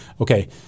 okay